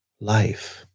life